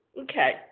Okay